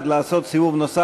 אם כן, 46